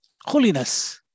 holiness